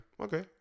okay